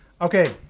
okay